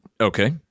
Okay